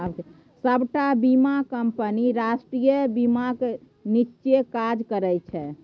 सबटा बीमा कंपनी राष्ट्रीय बीमाक नीच्चेँ काज करय छै